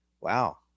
wow